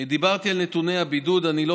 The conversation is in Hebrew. דיברתי על נתוני הבידוד נכון להיום.